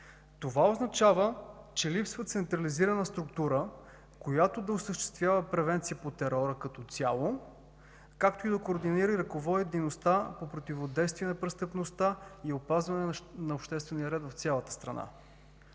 Това означава, че липсва централизирана структура, която да осъществява превенция по терора като цяло, както и да координира и ръководи дейността по противодействие на престъпността и опазване на обществения ред в цялата страна.